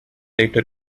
later